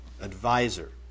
Advisor